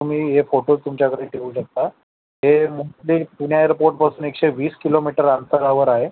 तुम्ही हे फोटोज तुमच्याकडे ठेवू शकता हे मोस्टली पुण्या एअरपोर्टपासून एकशे वीस किलोमीटर अंतरावर आहे